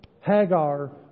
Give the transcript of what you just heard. Hagar